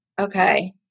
okay